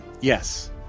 Yes